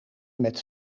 met